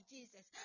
Jesus